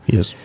Yes